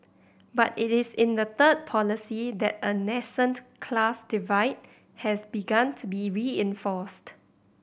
but it is in the third policy that a nascent class divide has begun to be reinforced